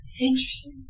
Interesting